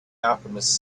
alchemist